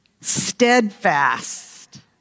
steadfast